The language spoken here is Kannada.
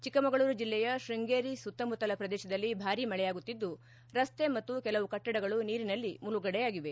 ಚಿಕ್ಕಮಗಳೂರು ಜಿಲ್ಲೆಯ ಶೃಂಗೇರಿ ಸುತ್ತಮುತ್ತಲ ಪ್ರದೇಶದಲ್ಲಿ ಭಾರೀ ಮಳೆಯಾಗುತ್ತಿದ್ದು ರಸ್ತೆ ಮತ್ತು ಕೆಲವು ಕಟ್ಟಡಗಳು ನೀರಿನಲ್ಲಿ ಮುಳುಗಡೆಯಾಗಿವೆ